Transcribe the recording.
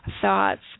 thoughts